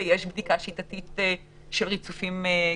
יש בדיקה שיטתית של ריצופים גנומיים.